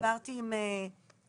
דיברתי עם גל,